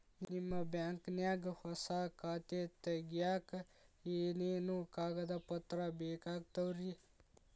ನಿಮ್ಮ ಬ್ಯಾಂಕ್ ನ್ಯಾಗ್ ಹೊಸಾ ಖಾತೆ ತಗ್ಯಾಕ್ ಏನೇನು ಕಾಗದ ಪತ್ರ ಬೇಕಾಗ್ತಾವ್ರಿ?